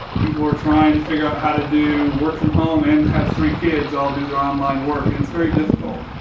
people are trying to figure out how to do work from home and have three kids all do their online work, and it's very difficult.